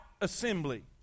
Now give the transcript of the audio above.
assembly